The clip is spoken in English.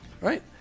Right